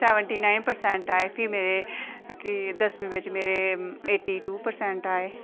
seventy nine percent आए भी मेरे कि दसमीं बिच मेरे एटी टू परसैंट आए